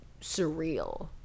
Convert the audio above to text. surreal